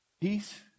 Peace